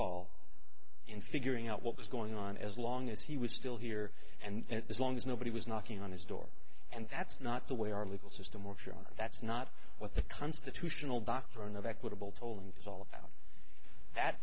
all in figuring out what was going on as long as he was still here and as long as nobody was knocking on his door and that's not the way our legal system or sure that's not what the constitutional doctrine of equitable tolling is all about at that